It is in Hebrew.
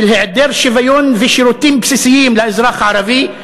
של היעדר שוויון ושירותים בסיסיים לאזרח הערבי,